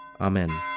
Amen